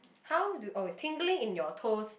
how do oh tingling in your toes